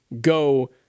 go